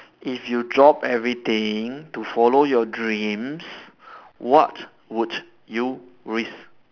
if you drop everything to follow your dreams what would you risk